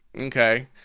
Okay